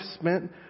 spent